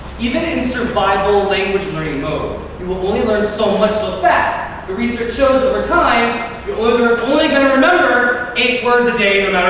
even in survival language learning mode, you'll only learn so much, so fast. the research shows over time, you're only going to remember eight words a day